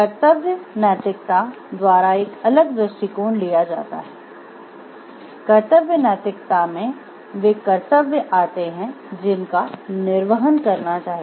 कर्तव्य नैतिकता द्वारा एक अलग दृष्टिकोण लिया जाता है कर्तव्य नैतिकता में वे कर्तव्य आतें हैं जिनका निर्वहन करना चाहिए